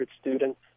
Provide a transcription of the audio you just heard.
students